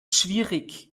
schwierig